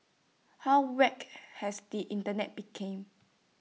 how whacked has the Internet became